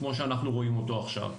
כמו שאנחנו רואים אותו עכשיו.